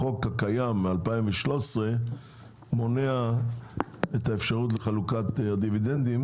החוק הקיים משנת 2013 מונע את האפשרות לחלוקת הדיבידנדים